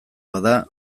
bada